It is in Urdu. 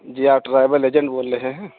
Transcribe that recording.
جی آپ ٹرائیول ایجنٹ بول رہے ہیں